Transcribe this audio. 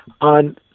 on